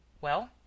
Well